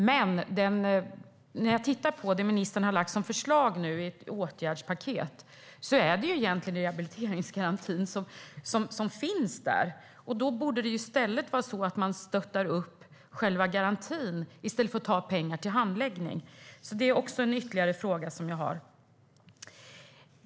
Men när jag tittar på det som ministern nu har lagt som förslag i ett åtgärdspaket ser jag att det egentligen är rehabiliteringsgarantin som finns där. Då borde man stötta upp själva garantin i stället för att ta pengar till handläggning. Det är en ytterligare fråga som jag har.